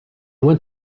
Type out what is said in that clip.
went